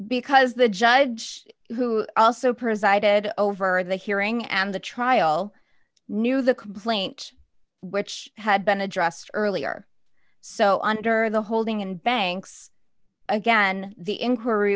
because the judge who also presided over the hearing and the trial knew the complaint which had been addressed earlier so under the holding in banks again the in